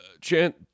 Chant